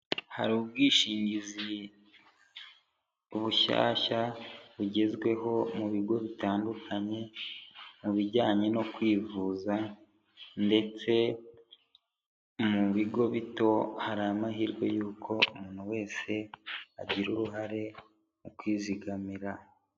Hari ubwishingizi bushyashya, bugezweho mu bigo bitandukanye, mu bijyanye no kwivuza ndetse mu bigo bito hari amahirwe y'uko umuntu wese agira uruhare mu kwizigamira.